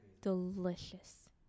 Delicious